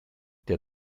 der